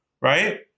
right